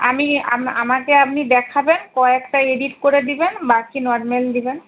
আমি আমাকে আপনি দেখাবেন কয়েকটা এডিট করে দিবেন বাকি নর্ম্যাল দিবেন